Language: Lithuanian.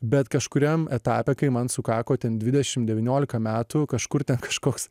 bet kažkuriam etape kai man sukako ten dvidešim devyniolika metų kažkur ten kažkoks